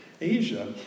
Asia